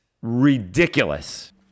ridiculous